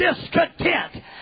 discontent